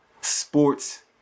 sports